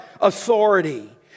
authority